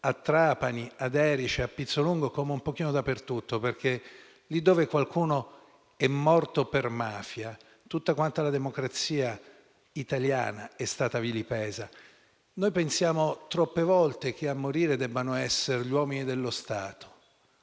a Trapani, ad Erice, a Pizzolungo e un pochino dappertutto, perché lì dove qualcuno è morto per mafia, tutta la democrazia italiana è stata vilipesa. Pensiamo troppe volte che a morire siano solo gli uomini dello Stato,